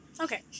Okay